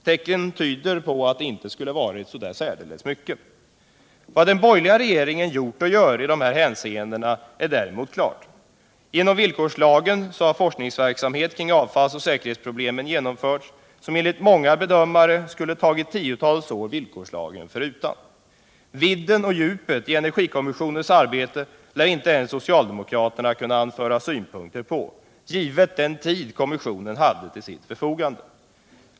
Tecken tyder på att det inte skulle ha varit särskilt mycket. Vad den borgerliga regeringen gjort och gör i dessa hänseenden är däremot klart. Genom villkorslagen har en forskningsverksamhet kring avfallsoch säkerhetsproblemen genomförts, som enligt många bedömare skulle ha tagit tiotals år villkorslagen förutan. Vidden och djupet i energikommissionens arbete lär inte ens socialdemokraterna kunna anföra synpunkter på, med hänsyn till den tid kommissionen hade till sitt förfogande.